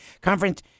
conference